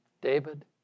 David